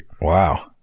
Wow